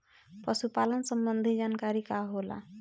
पशु पालन संबंधी जानकारी का होला?